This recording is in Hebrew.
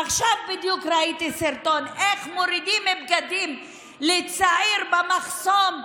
עכשיו בדיוק ראיתי סרטון איך מורידים בגדים לצעיר במחסום,